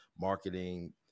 marketing